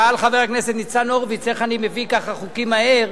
שאל חבר הכנסת ניצן הורוביץ איך אני מביא חוקים ככה מהר.